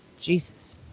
Jesus